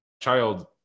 child